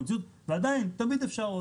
ועדיין תמיד אפשר עוד.